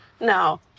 No